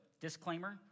disclaimer